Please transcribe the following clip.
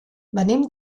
venim